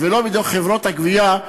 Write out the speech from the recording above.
ולא בידי חברות הגבייה,